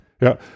Ja